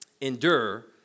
endure